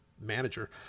manager